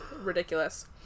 ridiculous